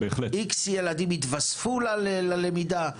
כך וכך ילדים יתווספו ללמידה?